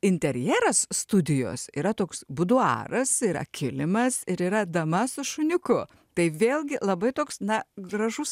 interjeras studijos yra toks buduaras yra kilimas ir yra dama su šuniuku tai vėlgi labai toks na gražus